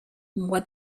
what